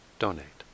donate